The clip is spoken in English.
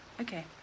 Okay